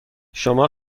شما